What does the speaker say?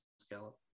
scallop